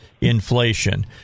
inflation